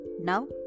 Now